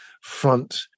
front